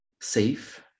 safe